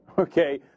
Okay